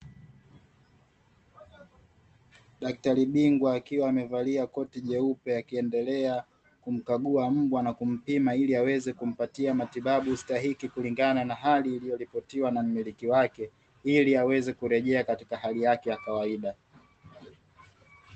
Daktari bingwa akiwa amevalia koti jeupe, akiendelea kumkagua mbwa na kumpima ili aweze kumpatia matibabu stahiki kulingana na hali iliyoripotiwa na mmiliki wake, ili aweze kurejea katika hali yake ya kawaida.